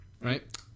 right